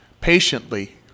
patiently